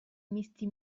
misti